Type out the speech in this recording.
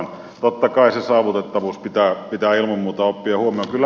totta kai se saavutettavuus pitää ilman muuta ottaa huomioon